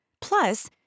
Plus